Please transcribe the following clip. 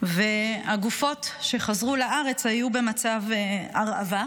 והגופות שחזרו לארץ היו במצב הרעבה.